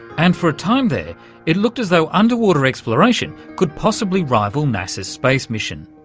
and for a time there it looked as though underwater exploration could possibly rival nasa's space mission.